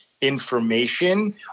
information